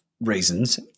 reasons